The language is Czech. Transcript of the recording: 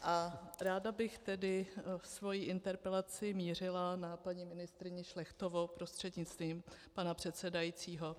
A ráda bych svoji interpelaci mířila na paní ministryni Šlechtovou prostřednictvím pana předsedajícího.